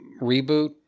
reboot